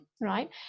right